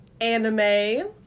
anime